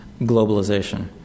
globalization